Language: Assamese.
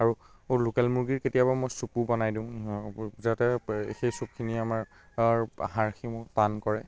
আৰু লোকেল মূৰ্গীৰ কেতিয়াবা মই ছুপো বনাই দিওঁ যাতে সেই ছুপখিনিয়ে আমাৰ হাড়সমূহ টান কৰে